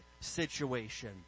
situation